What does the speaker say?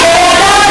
כן.